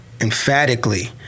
emphatically—